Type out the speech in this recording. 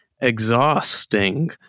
Exhausting